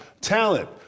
talent